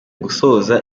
gusoza